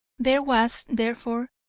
there was, therefore,